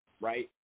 right